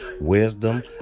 wisdom